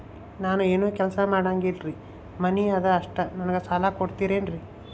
ನಾನು ಏನು ಕೆಲಸ ಮಾಡಂಗಿಲ್ರಿ ಮನಿ ಅದ ಅಷ್ಟ ನನಗೆ ಸಾಲ ಕೊಡ್ತಿರೇನ್ರಿ?